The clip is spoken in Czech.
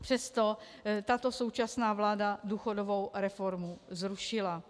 Přesto tato současná vláda důchodovou reformu zrušila.